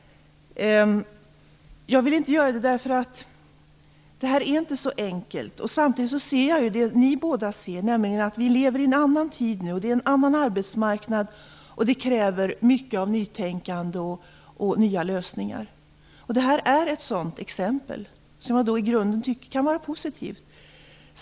Det här är inte så enkelt. Samtidigt ser jag det ni båda ser, nämligen att vi lever i en annan tid nu, med en annan arbetsmarknad, och att detta kräver mycket av nytänkande och nya lösningar. Det här är ett sådant exempel, som jag i grunden tycker kan vara positivt.